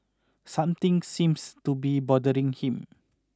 something seems to be bothering him